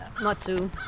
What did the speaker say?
Matsu